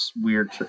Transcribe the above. weird